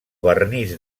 vernís